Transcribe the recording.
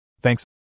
Thanks